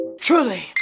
truly